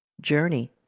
journey